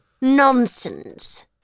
Nonsense